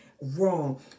wrong